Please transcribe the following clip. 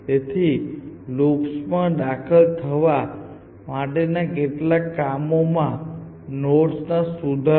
તેથી લૂપ્સમાં દાખલ થવા માટેના કેટલાક કામમાં નોડ્સના સુધારા દ્વારા ઓપન લિસ્ટ કાળજી લેવામાં આવે છે જેમાં વધુ માહિતી આપવામાં આવે છે કે કયા નોડ ઉત્પન્ન થશે નહીં